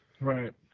Right